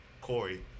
Corey